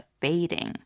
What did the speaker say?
fading